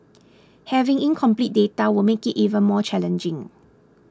having incomplete data will make it even more challenging